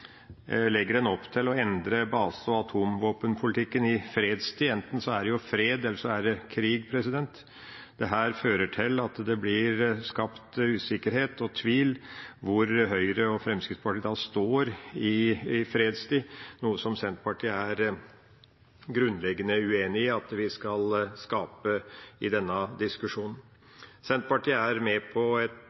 Legger en opp til å endre base- og atomvåpenpolitikken i fredstid? Enten er det jo fred, eller så er det krig. Dette fører til at det blir skapt usikkerhet og tvil om hvor Høyre og Fremskrittspartiet står i fredstid, noe som Senterpartiet er grunnleggende uenig i at vi skal skape i denne diskusjonen. Senterpartiet er med i et